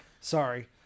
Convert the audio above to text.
Sorry